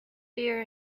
beer